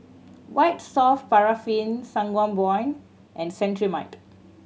White Soft Paraffin Sangobion and Cetrimide